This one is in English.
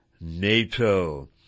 NATO